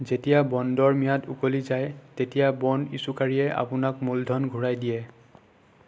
যেতিয়া বণ্ডৰ ম্যাদ উকলি যায় তেতিয়া বণ্ড ইছ্যুকাৰীয়ে আপোনাক মূলধন ঘূৰাই দিয়ে